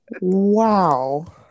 Wow